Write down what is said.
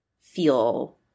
feel